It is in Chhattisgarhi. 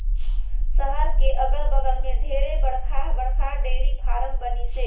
सहर के अगल बगल में ढेरे बड़खा बड़खा डेयरी फारम बनिसे